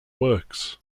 works